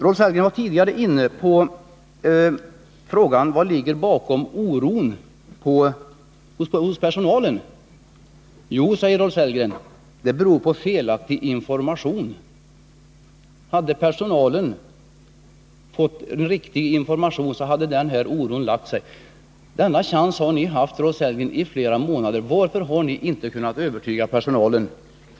Rolf Sellgren var tidigare inne på vad som-ligger bakom oron hos personalen. Enligt honom beror den på felaktig information. Hade personalen fått riktig information, så hade denna oro lagt sig, säger Rolf Sellgren. Denna chans har ni haft i flera månader. Varför har ni inte kunnat övertyga personalen?